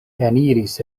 eniris